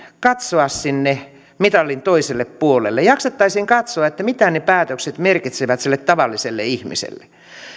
katsoa sinne mitalin toiselle puolelle jaksettaisiin katsoa mitä ne päätökset merkitsevät sille tavalliselle ihmiselle